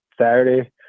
Saturday